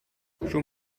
schon